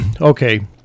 okay